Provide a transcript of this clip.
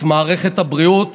את מערכת הבריאות,